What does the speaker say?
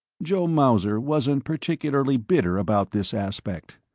joe mauser wasn't particularly bitter about this aspect.